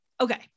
okay